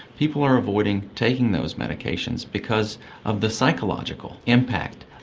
people are avoiding taking those medications because of the psychological impact?